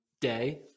day